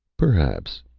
perhaps.